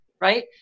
right